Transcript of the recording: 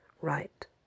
Right